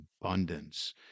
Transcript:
abundance